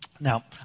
Now